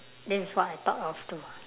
this is what I thought of too